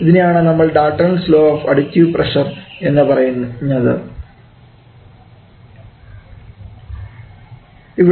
ഇതിനെയാണ് നമ്മൾ Dalton's law of additive pressure Dalton's law of additive pressure എന്ന് പറഞ്ഞത്